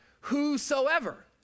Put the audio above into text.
Whosoever